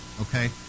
Okay